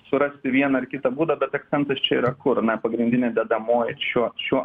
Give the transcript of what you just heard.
surasti vieną ar kitą būdą bet akcentas čia yra kur na pagrindinė dedamoji šiuo šiuo